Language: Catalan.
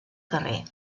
carrer